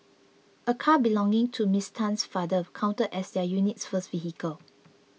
a car belonging to Miss Tan's father counted as their unit's first vehicle